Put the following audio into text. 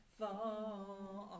fall